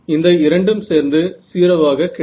இந்த இரண்டும் சேர்ந்து 0 ஆக கிடைக்கும்